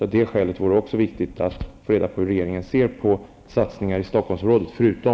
Av det skälet vore det också viktigt att veta hur regeringen ser på satsningar i Stockholmsområdet -- förutom